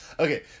Okay